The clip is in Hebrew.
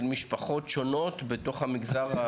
של משפחות שונות בתוך המגזר?